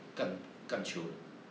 干干 chio 的